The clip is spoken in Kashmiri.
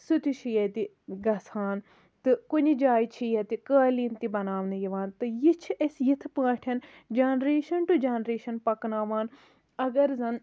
سُہ تہِ چھُ ییٚتہِ گَژھان تہٕ کُنہِ جایہِ چھ ییٚتہِ قٲلیٖن تہِ بَناونہٕ یِوان تہٕ یہِ چھِ أسۍ یِتھ پٲٹھۍ جَنریشَن ٹُو جَنریشَن پَکناوان اگر زَن